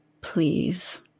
please